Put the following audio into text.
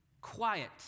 quiet